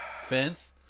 fence